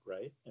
right